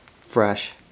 fresh